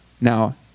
Now